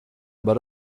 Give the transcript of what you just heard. aber